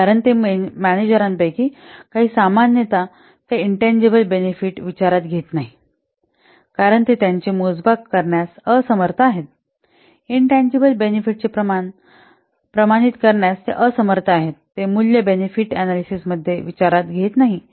कारण ते मॅनेजरांपैकी काही सामान्यत ते इनटँजिबल बेनेफिट विचारात घेत नाहीत कारण ते त्यांचे मोजमाप करण्यास असमर्थ आहेत इनटँजिबल बेनेफिट चे प्रमाणित करण्यास ते असमर्थ आहेत ते मूल्य बेनेफिट अनॅलिसिस मध्ये विचारात घेत नाहीत